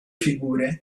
figure